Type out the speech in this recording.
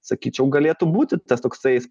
sakyčiau galėtų būti tas toksai